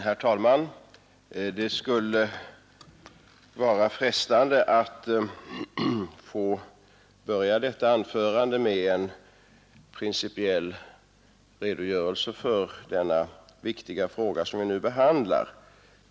Herr talman! Det skulle vara frestande att få börja detta anförande med en principiell redogörelse för den viktiga fråga som vi nu behandlar.